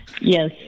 Yes